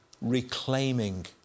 reclaiming